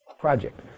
project